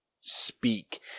speak